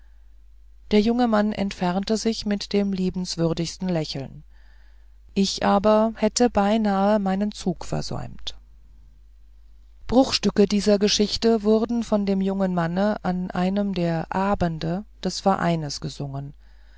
der junge mann entfernte sich mit dem liebenswürdigsten lächeln ich aber hätte beinah meinen zug versäumt bruchstücke dieser geschichte wurden von dem jungen manne an einem abende des vereines gesungen